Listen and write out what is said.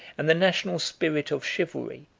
and the national spirit of chivalry,